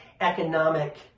economic